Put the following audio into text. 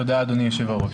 תודה, אדוני היושב-ראש.